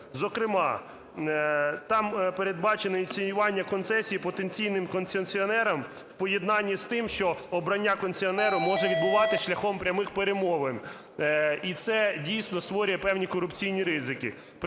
Зокрема, там передбачене ініціювання концесій потенційним концесіонерам в поєднанні з тим, що обрання концесіонера може відбуватися шляхом прямих перемовин. І це, дійсно, створює певні корупційні ризики.